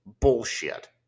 bullshit